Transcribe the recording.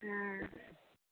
हॅं